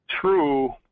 true